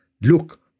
look